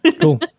cool